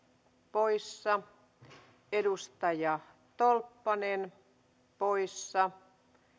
poissa edustaja tolppanen poissa